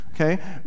okay